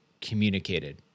communicated